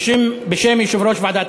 בשם יושב-ראש ועדת